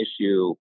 issue